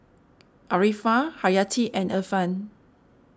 Arifa Haryati and Irfan